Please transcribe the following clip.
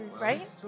Right